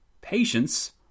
Patience